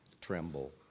tremble